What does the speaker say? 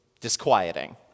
disquieting